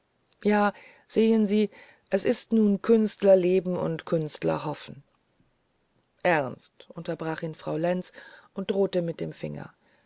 ja sehen sie das ist nun künstlerleben und künstlerhoffen ernst unterbrach ihn frau lenz und drohte mit dem finger